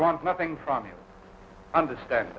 want nothing from you understand